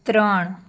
ત્રણ